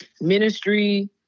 ministry